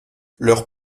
leur